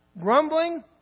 grumbling